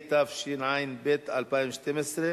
התשע"ב 2012,